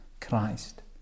Christ